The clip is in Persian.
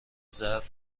زرد